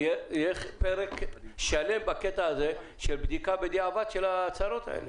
שיהיה פרק שלם בקטע הזה של בדיקה בדיעבד של ההצהרות האלה.